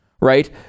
Right